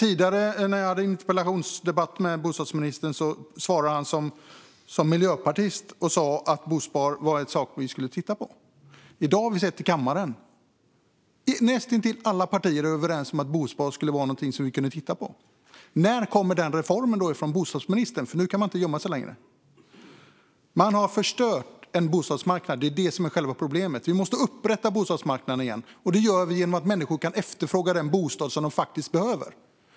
I en interpellationsdebatt mellan mig och bostadsministern svarade han som miljöpartist och sa att bosparande var något som man skulle titta på. I dag har vi sett i kammaren att näst intill alla partier är överens om att bosparande är något som vi kan titta på. När kommer den reformen från bostadsministern? Nu kan man inte gömma sig längre. Själva problemet är att man har förstört en bostadsmarknad. Vi måste återupprätta bostadsmarknaden. Det gör vi genom att människor kan efterfråga en bostad som de faktiskt behöver.